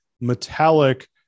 metallic